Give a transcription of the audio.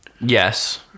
Yes